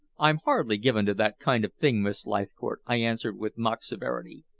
i'm hardly given to that kind of thing, miss leithcourt, i answered with mock severity.